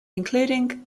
including